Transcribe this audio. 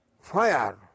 fire